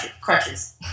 crutches